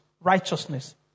Righteousness